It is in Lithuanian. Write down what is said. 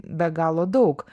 be galo daug